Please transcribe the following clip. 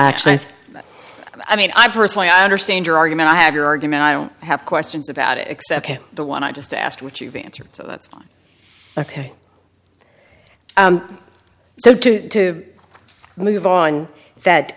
actually i mean i personally i understand your argument i have your argument i don't have questions about it except the one i just asked which you've answered so that's ok so to move on that